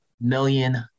million